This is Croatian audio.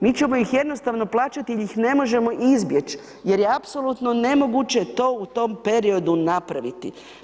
Mi ćemo ih jednostavno plaćat jel ih ne možemo izbjeć jer je apsolutno nemoguće to u tom periodu napraviti.